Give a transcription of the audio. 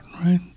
right